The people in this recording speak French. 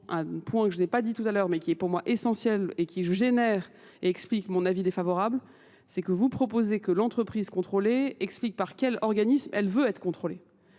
un point que je n'ai pas dit tout à l'heure mais qui est pour moi essentiel et qui génère et explique mon avis défavorable, c'est que vous proposez que l'entreprise contrôlée explique par quel organisme elle veut être contrôlée.